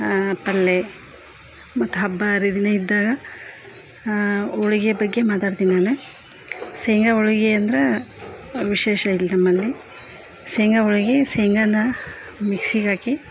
ಪಲ್ಲೆ ಮತ್ತು ಹಬ್ಬ ಹರಿದಿನ ಇದ್ದಾಗ ಹೋಳಿಗೆ ಬಗ್ಗೆ ಮಾತಾಡ್ತಿನಿ ನಾನು ಶೇಂಗಾ ಹೋಳಿಗೆ ಅಂದ್ರ ವಿಶೇಷ ಇಲ್ಲಿ ನಮ್ಮಲ್ಲಿ ಶೇಂಗಾ ಹೋಳಿಗೆ ಶೇಂಗಾ ನಾ ಮಿಕ್ಸಿಗೆ ಹಾಕಿ